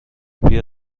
بیا